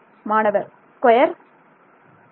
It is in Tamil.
மாணவர் ஸ்கொயர் ஆம்